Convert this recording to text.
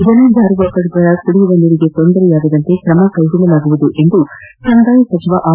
ಜನ ಜಾನುವಾರುಗಳ ಕುಡಿಯುವ ನೀರಿಗೆ ತೊಂದರೆಯಾಗದಂತೆ ಕ್ರಮ ಕೈಗೊಳ್ಳಲಾಗುವುದು ಎಂದು ಕಂದಾಯ ಸಚಿವ ಆರ್